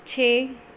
ਛੇ